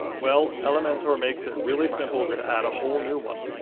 well, elementor makes it really simple to add a whole new one.